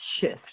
shift